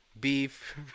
beef